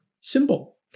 symbol